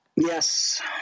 Yes